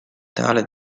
tale